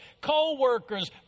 co-workers